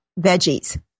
veggies